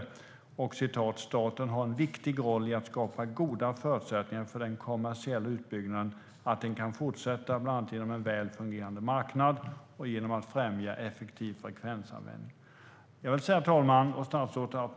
Han säger vidare i svaret: "Staten har en viktig roll i att skapa goda förutsättningar för att den kommersiella utbyggnaden kan fortsätta, bland annat genom en väl fungerande marknad och genom att främja effektiv frekvensanvändning samt regional och lokal dialog." Fru talman!